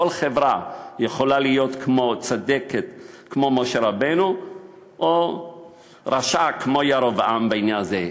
כל חברה יכולה להיות צדקת כמו משה רבנו או רשעית כמו ירבעם בעניין הזה.